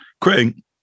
Craig